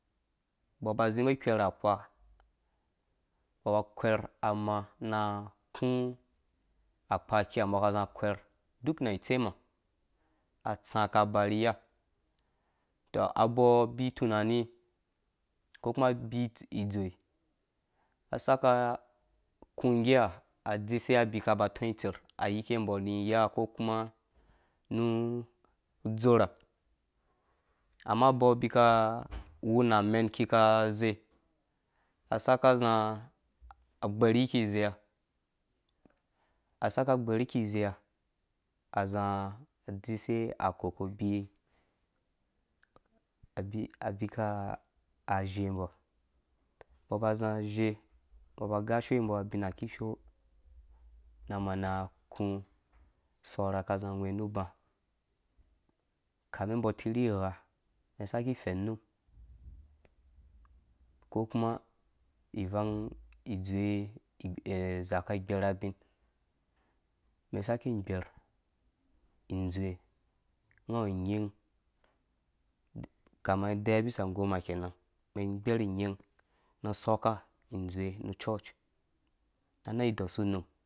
Mbɔ ba zi mbɔ ikwɛr akpa mbɔ ba kwer a maa ina kũ akpa kiha mbɔ ka zi kwɛr duk nawu itsemha atsã kũ aba ni iya tɔ abɔɔ bi tunani ko kuma abi itsei a saka a kngge ha a dzisuwe abi kaba tɔ itser ayike mbɔ ni iya ko kuma nu dzorha amma abɔɔ bika wuna amɛn kika zei a saka zɨ agbɛr yiki zeiya a saka gbɛr yi ki zerya za dzisuwe akoko abi abika zhembɔ mbɔ ba zĩ zhe mbɔ ba gashuwe mbɔ abinha kishoo na mana kũ sorha ka zi gwɛwɛ rhu ubã kame mbɔ tirhi gha mɛn saki fɛnnum ko kuma ivang dzowe zake igbɛr abin mɛn saki gbɛr idzowe nga wu inyin kama daya bisan goma kenan men gbɛr nyin nu sɔka dzowe nu church anai dosurnu.